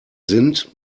sind